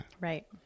Right